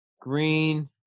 Green